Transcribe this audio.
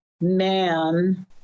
man